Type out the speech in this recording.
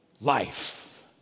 life